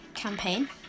campaign